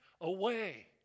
away